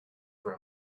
for